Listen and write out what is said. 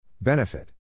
Benefit